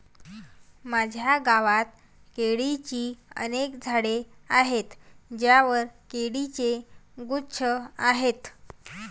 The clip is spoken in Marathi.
माझ्या गावात केळीची अनेक झाडे आहेत ज्यांवर केळीचे गुच्छ आहेत